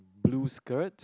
blue skirt